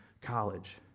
college